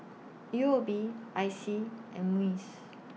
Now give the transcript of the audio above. U O B I C and Muis